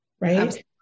right